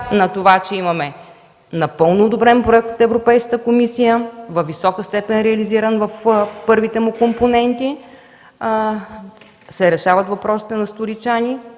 на това, че имаме напълно одобрен проект от Европейската комисия, във висока степен реализиран в първите му компоненти, се решават въпросите на столичани